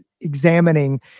examining